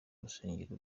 rusengero